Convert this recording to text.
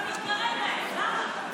אתה מתגרה בהם.